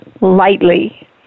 lightly